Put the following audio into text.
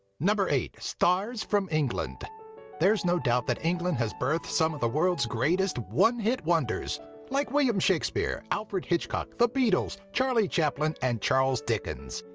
eight. stars from england there's no doubt that england has birthed some of the world's greatest one-hit-wonders, like william shakespeare, alfred hitchcock, the beatles, charlie chaplin, and charles dickens.